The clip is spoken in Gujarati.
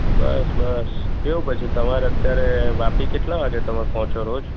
બસ બસ કેવું પછી તમારે અત્યારે વાપી કેટલાં વાગ્યે તમે પહોંચો રોજ